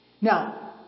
Now